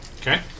Okay